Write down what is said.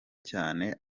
cyane